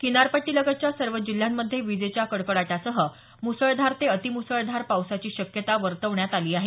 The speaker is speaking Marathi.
किनारपट्टीलगतच्या सर्व जिल्ह्यांमध्ये विजेच्या कडकडाटासह मुसळधार ते अतिमुसळधार पावसाची शक्यता वर्तवण्यात आली आहे